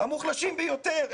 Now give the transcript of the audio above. המוחלשים ביותר,